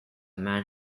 man